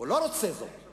הוא לא רוצה את זה.